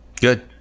Good